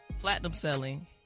Platinum-selling